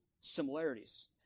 similarities